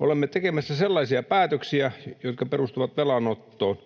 Olemme tekemässä sellaisia päätöksiä, jotka perustuvat velanottoon.